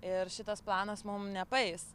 ir šitas planas mum nepaeis